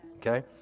Okay